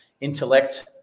intellect